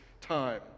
time